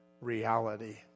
reality